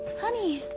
honey,